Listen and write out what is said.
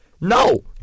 No